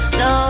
no